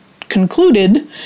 concluded